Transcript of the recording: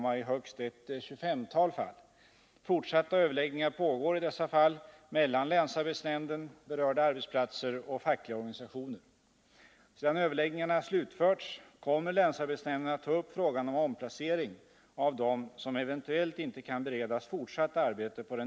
Anledningen är att de allmännyttiga organisationerna icke anser sig klara av sin löneandel.